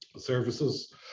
services